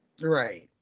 Right